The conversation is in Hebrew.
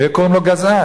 היו קוראים לו גזען.